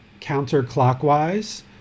counterclockwise